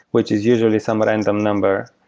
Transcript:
which is usually some random number.